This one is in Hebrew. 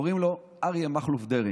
וקוראים לו אריה מכלוף דרעי.